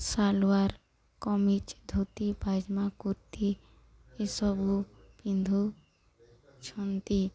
ସାଲୱାର କମିଜ୍ ଧୋତି ପାଇଜାମା କୁର୍ତୀ ଏସବୁ ପିନ୍ଧୁଛନ୍ତି